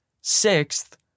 Sixth